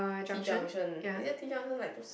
T junction is it T junction like those